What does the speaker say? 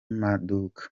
maduka